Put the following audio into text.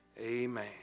Amen